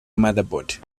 motherboard